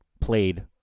played